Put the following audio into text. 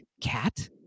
cat